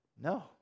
No